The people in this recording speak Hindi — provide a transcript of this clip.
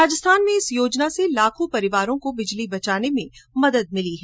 राजस्थान में इस योजना से लाखों परिवारों को बिजली बचाने में मदद मिली है